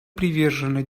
привержена